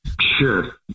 sure